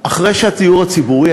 אחרי שהדיור הציבורי,